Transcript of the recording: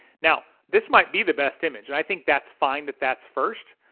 now this might be the best image and i think that's fine that that's first,